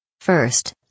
First